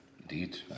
Indeed